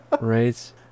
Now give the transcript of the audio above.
Right